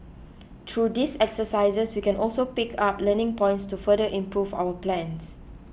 through these exercises we can also pick up learning points to further improve our plans